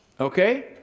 Okay